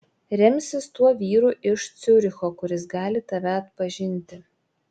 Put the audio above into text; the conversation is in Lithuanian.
remsis tuo vyru iš ciuricho kuris gali tave atpažinti